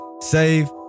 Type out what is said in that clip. save